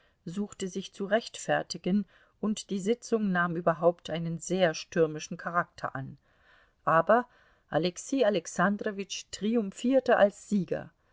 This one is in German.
suchte sich zu rechtfertigen und die sitzung nahm überhaupt einen sehr stürmischen charakter an aber alexei alexandrowitsch triumphierte als sieger